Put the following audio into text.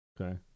Okay